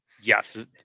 Yes